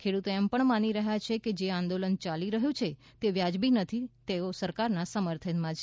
ખેડૂતો એમ પણ માની રહ્યા છે કે જે આંદોલન ચાલી રહ્યું છે તે વ્યાજબી નથી તેઓ સરકારના સમર્થનમાં છે